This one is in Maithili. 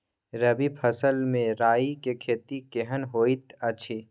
रबी फसल मे राई के खेती केहन होयत अछि?